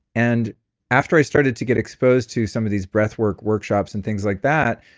and after i started to get exposed to some of these breath work workshops and things like that,